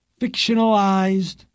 fictionalized